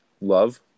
love